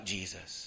Jesus